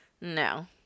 No